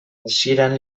hasieran